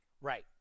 right